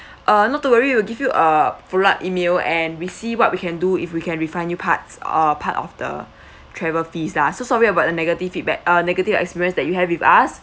uh not to worry we'll give you uh follow up email and we see what we can do if we can refund you parts uh part of the travel fees lah so sorry about the negative feedback uh negative experience that you have with us